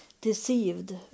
deceived